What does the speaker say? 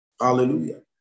Hallelujah